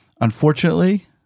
unfortunately